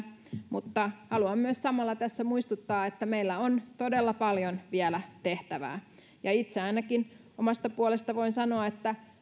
mutta haluan myös samalla tässä muistuttaa että meillä on todella paljon vielä tehtävää ja itse ainakin omasta puolestani voin sanoa että